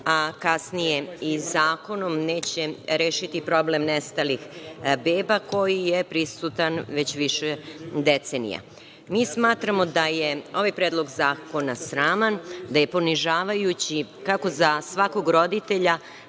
a kasnije i zakonom neće rešiti problem nestalih beba koji je prisutan već više decenija. Mi smatramo da je ovaj predlog zakona sraman, da je ponižavajući kako za svakog roditelja,